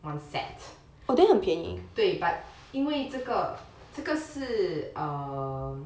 one set 对 but 因为这个这个是 err